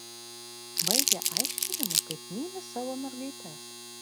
baigia aiškinimu kaip myli savo mergaites